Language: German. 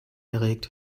erregt